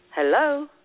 Hello